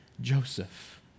Joseph